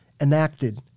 enacted